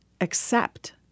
accept